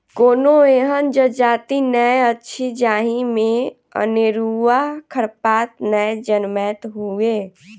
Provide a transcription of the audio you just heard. कोनो एहन जजाति नै अछि जाहि मे अनेरूआ खरपात नै जनमैत हुए